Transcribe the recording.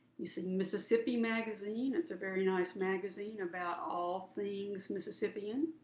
you see mississippi magazine, it's a very nice magazine about all things mississippian.